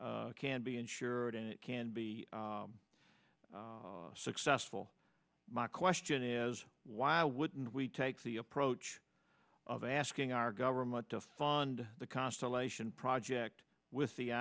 can be insured and it can be successful my question is why wouldn't we take the approach of asking our government to fund the constellation project with the